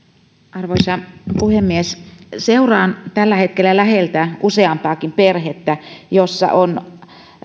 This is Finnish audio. arvoisa puhemies seuraan tällä hetkellä läheltä useampaakin perhettä joissa on